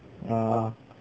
err